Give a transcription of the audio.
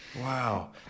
Wow